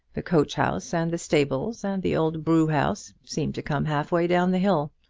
the coach-house and the stables, and the old brewhouse, seem to come half way down the hill.